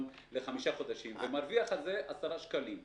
לחמישה חודשים ומרוויח על זה 10 שקלים.